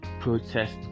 protest